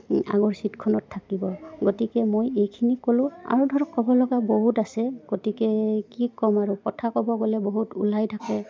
আগৰ ছিটখনত থাকিব গতিকে মই এইখিনি ক'লোঁ আৰু ধৰক ক'ব লগা বহুত আছে গতিকে কি ক'ম আৰু কথা ক'ব গ'লে বহুত ওলাই থাকে